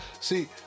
see